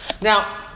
Now